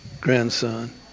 grandson